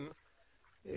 מתארים,